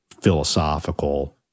philosophical